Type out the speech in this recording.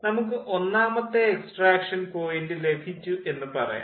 നമുക്ക് ഒന്നാമത്തെ extraction point ലഭിച്ചു എന്ന് പറയാം